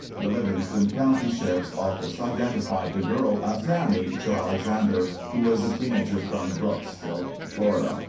the livingston county sheriff's office identified the girl as tammy jo alexander, who was a teenager from brooksville, fla, and